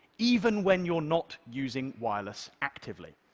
even when you're not using wireless actively.